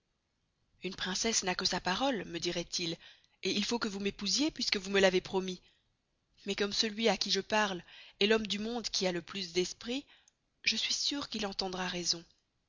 une princesse n'a que sa parole me diroit il et il faut que vous m'épousiez puisque vous me l'avez promis mais comme celuy à qui je parle est l'homme du monde qui a le plus d'esprit je suis seure qu'il entendra raison